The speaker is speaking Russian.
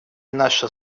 наше